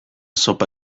zopa